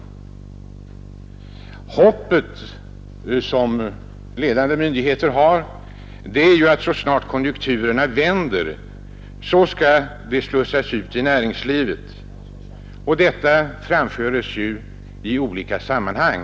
De ansvariga myndigheter nas hopp är, att så snart konjunkturerna vänder skall de slussas ut i näringslivet. Detta framhålles i många olika sammanhang.